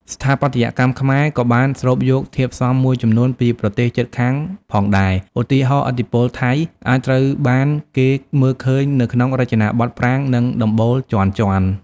ស្ថាបត្យកម្មខ្មែរក៏បានស្រូបយកធាតុផ្សំមួយចំនួនពីប្រទេសជិតខាងផងដែរ។ ឧទាហរណ៍ ឥទ្ធិពលថៃអាចត្រូវបានគេមើលឃើញនៅក្នុងរចនាបថប្រាង្គ និងដំបូលជាន់ៗ។